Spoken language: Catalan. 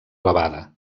elevada